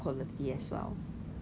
still up to standard